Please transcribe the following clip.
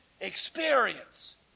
experience